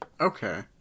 Okay